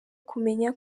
kumenya